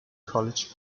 college